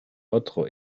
otro